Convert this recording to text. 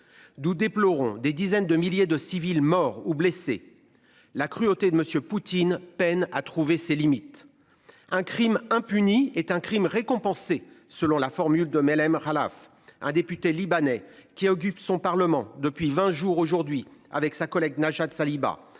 Doux déplorons des dizaines de milliers de civils morts ou blessés. La cruauté de monsieur Poutine peine à trouver ses limites. Un Crime impuni est un crime récompensé selon la formule de mail M. Khalaf un député libanais, qui occupe son parlement depuis 20 jours aujourd'hui avec sa collègue Najat Saliba